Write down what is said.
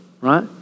right